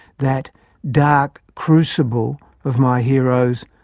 that dark crucible of my heroes,